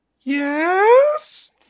Yes